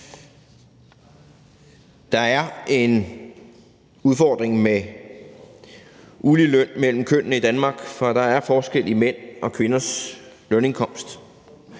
Der er en udfordring med uligeløn mellem kønnene i Danmark, for der er forskel i mænd og kvinders lønindkomst,